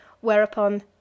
whereupon